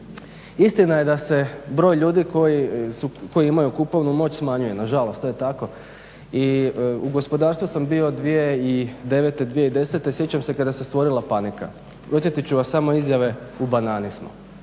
Istina je da se broj ljudi koji imaju kupovnu moć smanjuje, nažalost to je tako. I u gospodarstvu sam bio 2009., 2010. sjećam se kada se stvorila panika. Podsjetit ću vas samo izjave u banani smo.